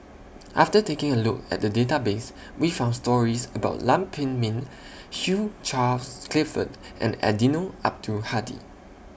after taking A Look At The Database We found stories about Lam Pin Min Hugh Charles Clifford and Eddino Abdul Hadi